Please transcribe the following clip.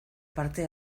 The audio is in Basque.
parte